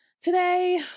Today